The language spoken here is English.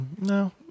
No